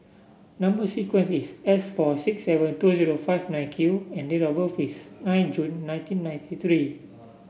number sequence is S four six seven two zero five nine Q and date of birth is nine June nineteen ninety three